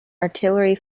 artillery